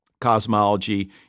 cosmology